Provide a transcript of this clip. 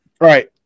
right